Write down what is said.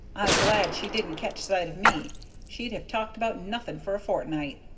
glad she didn't catch sight of me she'd have talked about nothing for a fortnight.